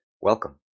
Welcome